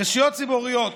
רשויות ציבוריות